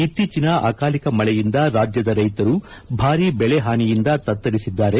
ಇತ್ತೀಚಿನ ಅಕಾಲಿಕ ಮಳೆಯಿಂದ ರಾಜ್ಯದ ರೈತರು ಭಾರಿ ಬೆಳೆ ಹಾನಿಯಿಂದ ತತ್ತರಿಸಿದ್ದಾರೆ